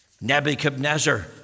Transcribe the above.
Nebuchadnezzar